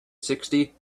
sixty